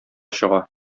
чыга